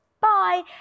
bye